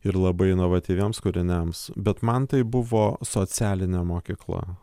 ir labai inovatyviems kūriniams bet man tai buvo socialinė mokykla